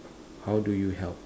how do you help